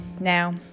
Now